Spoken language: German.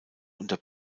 unter